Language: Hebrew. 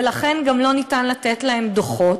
ולכן גם לא ניתן ללתת להם דוחות,